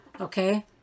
Okay